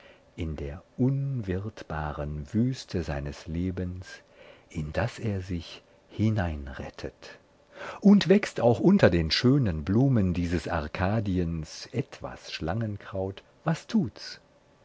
in der unwirtbaren wüste seines lebens in das er sich hineinrettet und wächst auch unter den schönen blumen dieses arkadiens etwas schlangenkraut was tut's